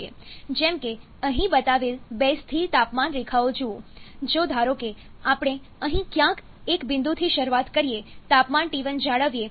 જેમ કે અહીં બતાવેલ બે સ્થિર તાપમાન રેખાઓ જુઓ જો ધારો કે આપણે અહીં ક્યાંક એક બિંદુથી શરૂઆત કરીએ તાપમાન T1 જાળવીએ